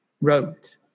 wrote